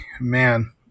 Man